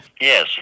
yes